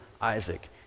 Isaac